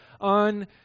on